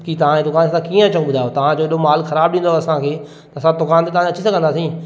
कि तव्हांजी दुकान ते असां कीअं अचूं ॿुधायो तचां जो एॾो माल ख़राबु ॾींदव असांखे त असां दुकान ते तव्हांजी अची सघंदासीं